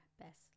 best